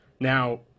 Now